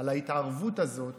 ההתערבות הזאת